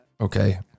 Okay